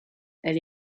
elle